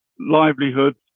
livelihoods